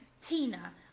Tina